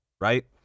right